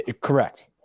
Correct